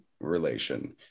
relation